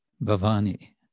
Bhavani